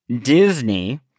Disney